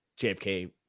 JFK